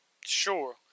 sure